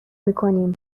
میکنیم